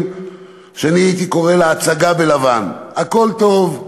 שאני הייתי קורא לה "הצגה בלבן": הכול טוב,